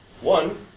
One